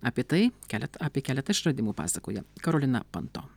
apie tai kelet apie keletą išradimų pasakoja karolina panto